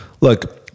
look